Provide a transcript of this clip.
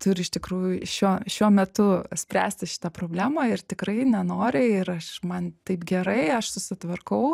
turi iš tikrųjų šiuo šiuo metu spręsti šitą problemą ir tikrai nenori ir aš man taip gerai aš susitvarkau